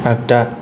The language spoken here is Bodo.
आगदा